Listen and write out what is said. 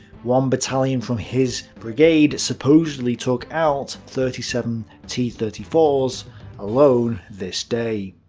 one battalion from his brigade supposedly took out thirty seven t thirty four s alone this day.